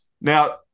Now